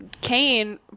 Kane